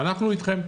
ואנחנו איתכם,